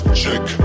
check